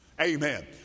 Amen